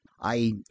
I